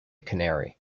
canary